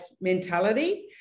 mentality